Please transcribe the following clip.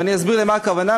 ואני אסביר למה הכוונה,